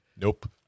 Nope